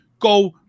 go